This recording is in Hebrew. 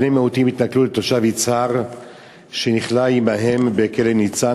בני-מיעוטים התנכלו לתושב יצהר שנכלא עמם בכלא "ניצן",